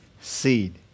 seed